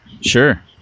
Sure